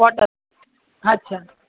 quarters अच्छा